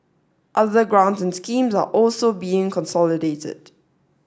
other grants and schemes are also being consolidated